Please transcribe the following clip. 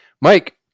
Mike